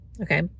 okay